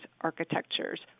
architectures